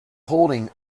holding